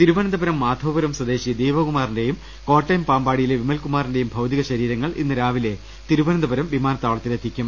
തിരുവനന്തപുരം മാധവപുരം സ്വദേശി ദീപകുമാറിന്റെയും കോട്ടയം പാമ്പാടിയിലെ വിമൽ കുമാറിന്റെയും ഭൌതിക ശരീ രങ്ങൾ ഇന്ന് രാവിലെ തിരുവനന്തപുരം വിമാനത്താവളത്തി ലെത്തിക്കും